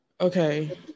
okay